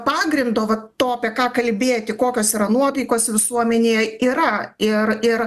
pagrindo va to apie ką kalbėti kokios yra nuotaikos visuomenėje yra ir ir